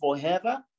forever